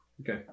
Okay